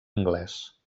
anglès